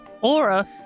aura